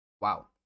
wow